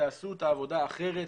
תעשו את העבודה אחרת,